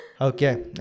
Okay